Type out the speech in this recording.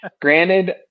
Granted